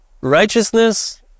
righteousness